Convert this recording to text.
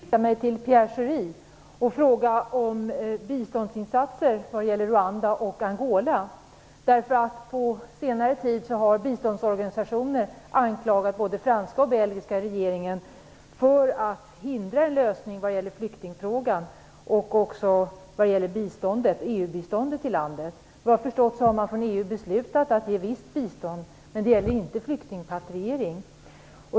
Fru talman! Jag vill också vända mig till Pierre Schori och fråga om biståndsinsatser till Rwanda och Angola. På senare tid har biståndsorganisationer anklagat både franska och belgiska regeringen för att förhindra en lösning av flyktingfrågan och också en lösning när det gäller EU-biståndet i landet. Enligt vad jag har förstått har EU beslutat att ge visst bistånd, men det gäller inte flyktingrepatriering.